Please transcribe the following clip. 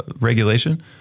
regulation